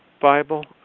Bible